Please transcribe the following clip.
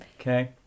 Okay